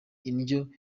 indyo